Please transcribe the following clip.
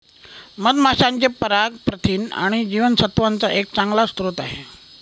मधमाशांचे पराग प्रथिन आणि जीवनसत्त्वांचा एक चांगला स्रोत आहे